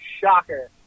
Shocker